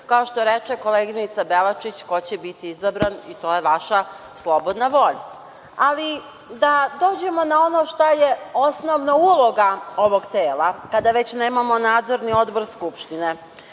kao što reče koleginica Belačić, ko će biti izabran, i to je vaša slobodna volja. Hajde da dođemo na ono što je osnovna uloga ovog tela, a kada već nemamo nadzorni odbor Skupštine,